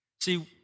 See